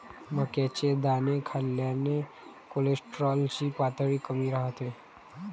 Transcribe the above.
मक्याचे दाणे खाल्ल्याने कोलेस्टेरॉल ची पातळी कमी राहते